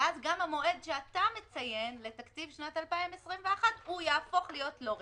ואז גם המועד שאתה מציין לתקציב שנת 2021 יהפוך להיות לא רלוונטי.